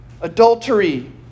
adultery